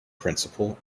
principal